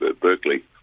Berkeley